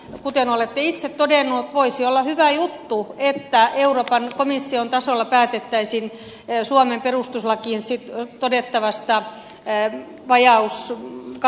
olette itse todennut että voisi olla hyvä juttu että euroopan komission tasolla päätettäisiin suomen perustuslaissa todettavasta vajauskatosta